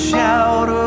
Shout